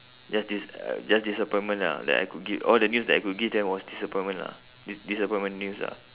just dis~ uh just disappointment lah that I could give all the news I could give them was disappointment lah dis~ disappointment news lah